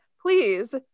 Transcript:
please